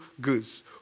goods